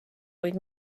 kuid